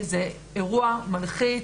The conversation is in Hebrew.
זה אירוע מלחיץ.